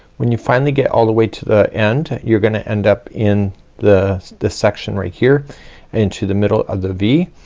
when you finally get all the way to the end you're gonna end up in the this section right here into the middle of the v.